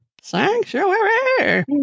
Sanctuary